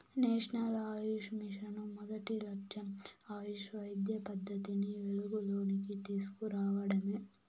national Ayush mission మొదటి లచ్చెం ఆయుష్ వైద్య పద్దతిని వెలుగులోనికి తీస్కు రావడమే